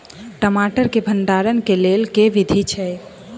टमाटर केँ भण्डारण केँ लेल केँ विधि छैय?